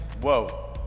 Whoa